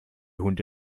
hunde